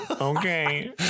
okay